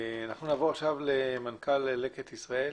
גדעון כרוך, מנכ"ל לקט ישראל.